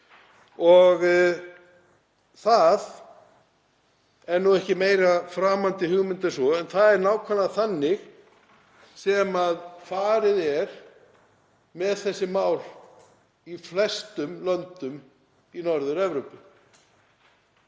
Það er nú ekki meira framandi hugmynd en svo að það er nákvæmlega þannig sem farið er með þessi mál í flestum löndum í Norður-Evrópu.